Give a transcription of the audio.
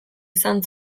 izan